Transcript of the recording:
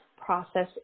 process